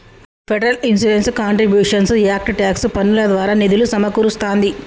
federal insurance contributions act tax పన్నుల ద్వారా నిధులు సమకూరుస్తాంది